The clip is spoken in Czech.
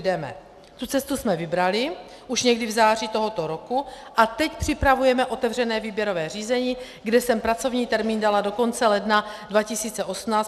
Tu cestu jsme vybrali už někdy v září tohoto roku a teď připravujeme otevřené výběrové řízení, kde jsem pracovní termín dala do konce ledna 2018.